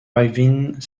ravine